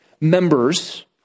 members